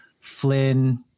Flynn